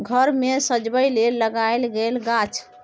घर मे सजबै लेल लगाएल गेल गाछ